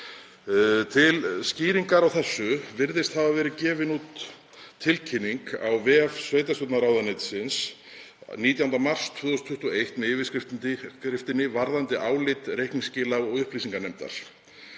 Til skýringar á þessu virðist hafa verið gefin út tilkynning á vef samgöngu- og sveitarstjórnarráðuneytisins 19. mars 2021 með yfirskriftinni: Varðandi álit reikningsskila- og upplýsinganefndar.